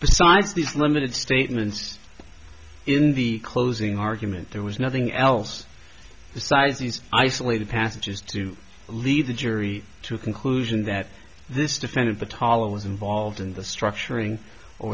besides these limited statements in the closing argument there was nothing else besides these isolated passages to lead the jury to conclusion that this defendant batal was involved in the structuring or